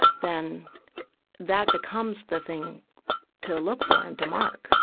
then that becomes the thing to look for and to mark.